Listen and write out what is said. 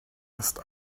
ist